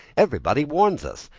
everybody warns us.